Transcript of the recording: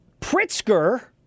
Pritzker